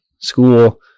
school